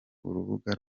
urubuga